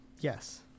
yes